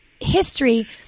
history